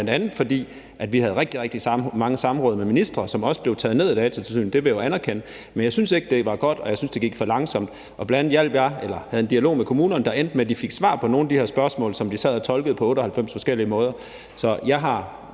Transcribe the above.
bl.a. fordi vi havde rigtig, rigtig mange samråd med ministre, hvilket også blev taget ned af Datatilsynet; det blev jo anerkendt. Men jeg synes ikke, det var godt, og jeg synes, at det gik for langsomt. Bl.a. havde jeg en dialog med kommunerne, der endte med, at de fik svar på nogle af de her spørgsmål, som de sad og tolkede på 98 forskellige måder. Så jeg har